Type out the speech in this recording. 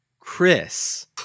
Chris